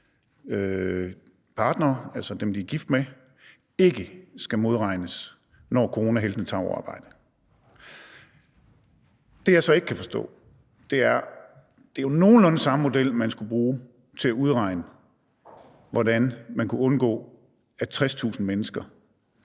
partnere, altså dem, de er gift med, ikke skal modregnes, når coronaheltene tager overarbejde. Det, jeg så ikke kan forstå, er, at det jo er nogenlunde samme model, man skulle bruge til at udregne, hvordan man kunne undgå, at 60.000 menneskers